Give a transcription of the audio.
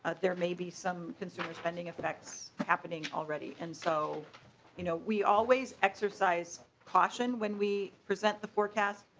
ah there may be some consumer spending affects happening already and so you know we always exercise caution when we present the forecast.